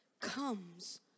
comes